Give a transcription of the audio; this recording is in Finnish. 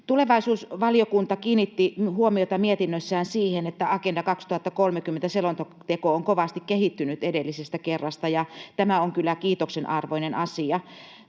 Tulevaisuusvaliokunta kiinnitti huomiota mietinnössään siihen, että Agenda 2030 ‑selonteko on kovasti kehittynyt edellisestä kerrasta, ja tämä on kyllä kiitoksen arvoinen asia.